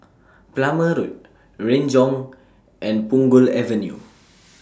Plumer Road Renjong and Punggol Avenue